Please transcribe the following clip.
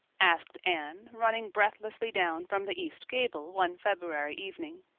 asked anne, running breathlessly down from the east gable one february evening.